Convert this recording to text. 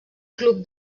club